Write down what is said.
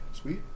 Sweet